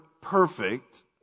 perfect